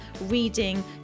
reading